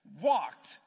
walked